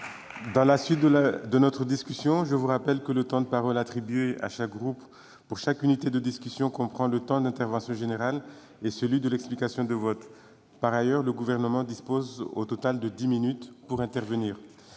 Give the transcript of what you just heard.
associative. Mes chers collègues, je vous rappelle que le temps de parole attribué à chaque groupe pour chaque unité de discussion comprend le temps d'intervention générale et celui de l'explication de vote. Par ailleurs, le Gouvernement dispose au total de dix minutes pour intervenir.